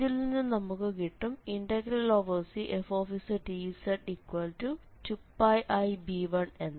ഇതിൽനിന്ന് നമുക്ക് കിട്ടും Cfzdz2πib1എന്ന്